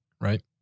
right